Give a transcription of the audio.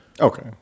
Okay